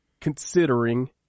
considering